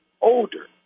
older